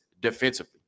defensively